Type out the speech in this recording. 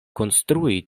konstrui